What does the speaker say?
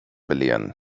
belehren